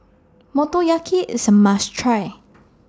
Motoyaki IS A must Try